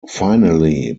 finally